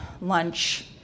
lunch